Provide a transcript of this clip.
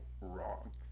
wrong